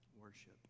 worship